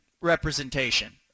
representation